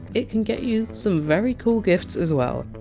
it can get you some very cool gifts as well.